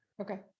Okay